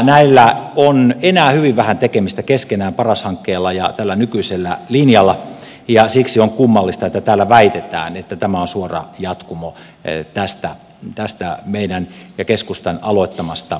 näillä on enää hyvin vähän tekemistä keskenään paras hankkeella ja tällä nykyisellä linjalla ja siksi on kummallista että täällä väitetään että tämä on suora jatkumo tästä meidän ja keskustan aloittamasta mallista